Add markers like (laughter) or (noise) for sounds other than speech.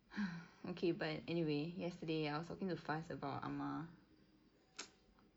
(breath) okay but anyway yesterday I was talking to faz about amar (noise)